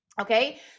Okay